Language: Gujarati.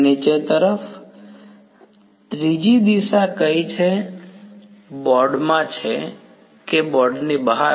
નીચે તરફ ત્રીજી દિશા કઈ રીતે છે બોર્ડમાં છે કે બોર્ડની બહાર